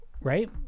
Right